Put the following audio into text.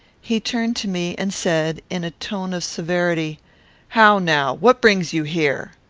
he turned to me, and said, in a tone of severity how now? what brings you here?